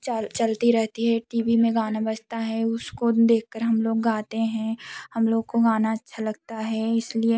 चल चलती रहती है टी वी में गाना बजता है उसको देख कर हम लोग गाते हैं हम लोग को गाना अच्छा लगता है इसलिए